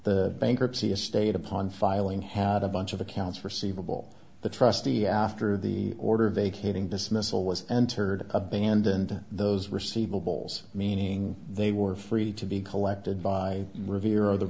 the bankruptcy estate upon filing had a bunch of accounts forseeable the trustee after the order vacating dismissal was entered abandoned those receivables meaning they were free to be collected by revere or the